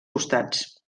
costats